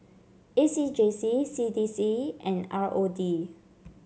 A C J C C D C and R O D